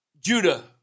Judah